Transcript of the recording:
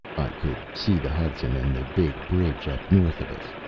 i could see the hudson and the big bridge up north of us.